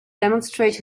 demonstrate